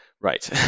right